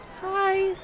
Hi